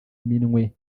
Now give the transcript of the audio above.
minwe